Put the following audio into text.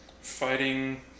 fighting